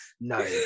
no